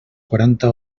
quaranta